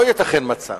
לא ייתכן מצב